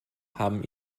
haben